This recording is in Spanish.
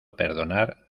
perdonar